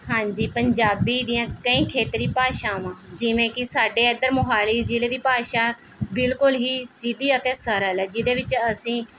ਹਾਂਜੀ ਪੰਜਾਬੀ ਦੀਆਂ ਕਈ ਖੇਤਰੀ ਭਾਸ਼ਾਵਾਂ ਜਿਵੇਂ ਕਿ ਸਾਡੇ ਇੱਧਰ ਮੋਹਾਲੀ ਜ਼ਿਲ੍ਹੇ ਦੀ ਭਾਸ਼ਾ ਬਿਲਕੁਲ ਹੀ ਸਿੱਧੀ ਅਤੇ ਸਰਲ ਹੈ ਜਿਹਦੇ ਵਿੱਚ ਅਸੀਂ